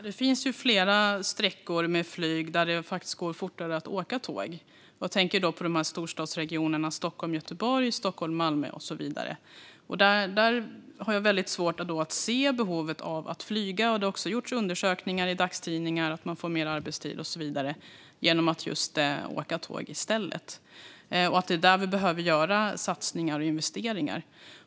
Fru talman! Det finns flera flygsträckor där det faktiskt går fortare att åka tåg. Jag tänker då på storstadsregionerna Stockholm-Göteborg och Stockholm-Malmö och så vidare. Jag har mycket svårt att se behovet av att flyga. Det har också gjorts undersökningar av dagstidningar om att man får mer arbetstid och så vidare genom att åka tåg i stället. Det är därför där som vi behöver göra satsningar och investeringar.